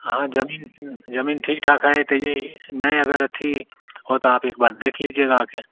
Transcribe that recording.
हाँ ज़मीन ज़मीन ठीक है तहिए ही नए अगर अथी हो तो आप एक बार देख लीजिएगा आकर